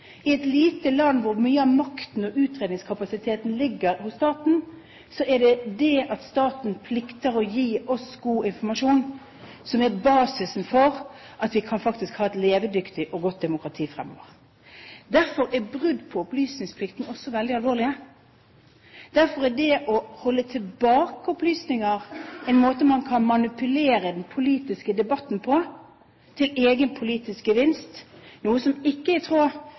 I et lite land hvor mye av makten og utredningskapasiteten ligger hos staten, er det det at staten plikter å gi oss god informasjon som er basisen for at vi faktisk kan ha et levedyktig og godt demokrati fremover. Derfor er brudd på opplysningsplikten også veldig alvorlig. Derfor er det å holde tilbake opplysninger en måte man kan manipulere den politiske debatten på, til egen politisk gevinst, noe som ikke er i tråd